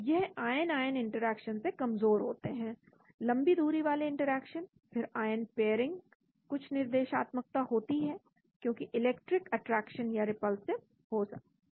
तो यह ion ion interaction से कमजोर होते हैं लंबी दूरी वाले इंटरेक्शन फिर आयन पेयरिंग कुछ निर्देशात्मकता होती है क्योंकि इंटरेक्शन अट्रैक्टिव या रिपल्सिव हो सकते हैं